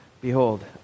behold